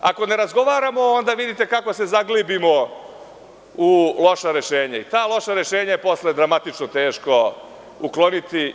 Ako ne razgovaramo vidite kako se onda uglibimo u loša rešenja i ta loša rešenja posle je dramatično i teško ukloniti.